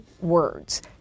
words